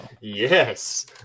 yes